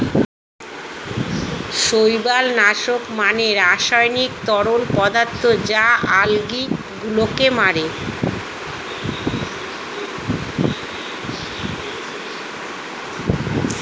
শৈবাল নাশক মানে রাসায়নিক তরল পদার্থ যা আলগী গুলোকে মারে